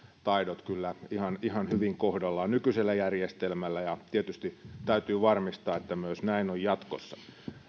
taidot kyllä ihan ihan hyvin kohdallaan nykyisellä järjestelmällä tietysti täytyy varmistaa että näin on myös jatkossa